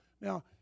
Now